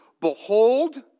behold